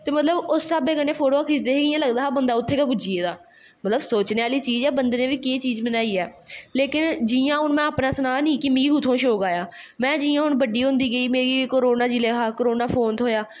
ते मतलव उस हिसाबे कन्नैं फोटोआं खिच्चे दे हे ते इयां लगदा हा कि बंदा उत्थें गै पुज्जी दा मतलव सोचनें आह्ली गल्ल ऐ बंगे नै बी केह् चीज बनाई ऐ लेकिन जियां में हून अपनां सनां नी मिगी कुत्थुआं दा शौंक आया में जियां बड्डी होंदी गेआ करोना हैा करोना च फोन थ्होया